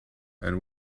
and